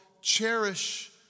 cherish